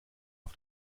auf